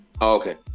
Okay